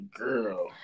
girl